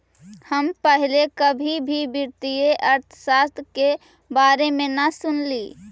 हम पहले कभी भी वित्तीय अर्थशास्त्र के बारे में न सुनली